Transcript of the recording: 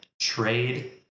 trade